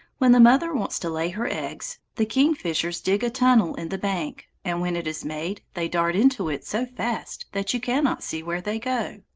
when the mother wants to lay her eggs, the kingfishers dig a tunnel in the bank, and when it is made they dart into it so fast that you cannot see where they go.